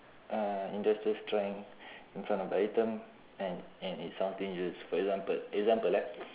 uh industrial strength in front of the item and and it sounds dangerous for example example ah